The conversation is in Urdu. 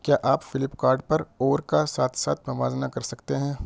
کیا آپ فلپ کارٹ پر اور کا ساتھ ساتھ موازنہ کر سکتے ہیں